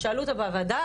שאלו אותה בוועדה,